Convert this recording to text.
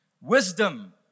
wisdom